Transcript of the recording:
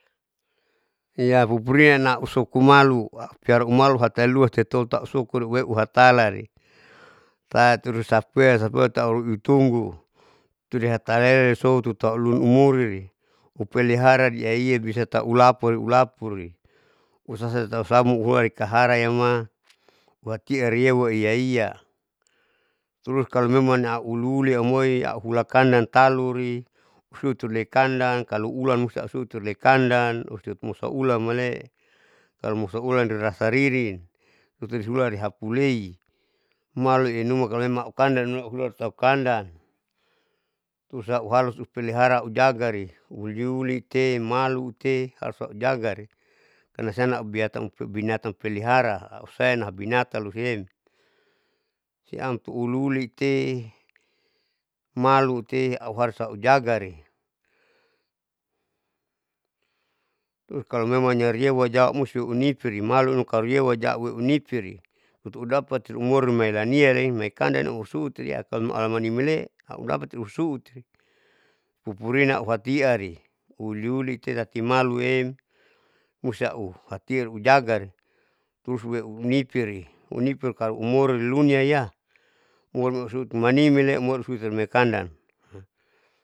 Hiya pupurina nausukumalu aupiara umaluhatalua tetotausukuaeuweu hatalare taturusapeasapea tauitunggu turihatalea soututaulun umuri upelihara yiiyaiya bisa tau ulapule upulapuri usasatausamu uheri kaharayama uaitiarieu waiyaiya trus kalo memang au liuliuli aumoi auhulakan antaluri hutule kandan kalo ulan usasuterle kandan usumusa ulamale'e, kalo musa ulan rirasa ririn tutusiulan rihapu lei malu ianuma kalo memang aukandan maauhula tau kandan tusauhalu supelihra aujagari uliulite, malute, harus sojagari. karna sian aubitan binatan pelihara ausayana binatan luhuyemi siam puuliuli ite malute auharus aujagare trus kalo memangnya dariyeua jauh musti unipiri malu kalo niyeuera jauh we uniunipiri lutuudapati umorilumainiale imaikandani umursutiara kalo alamanimale audapati urusu'uti pupurina auhatiiari uliulite tati maluem musauuh hatieu ujagari trus ueuunipiri, unipir kalo umoriluniaya manimele umoisoimale kandan.